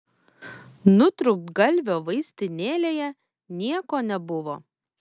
nutrūktgalvio vaistinėlėje nieko nebuvo